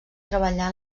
treballar